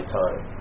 time